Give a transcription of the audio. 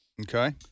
Okay